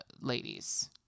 ladies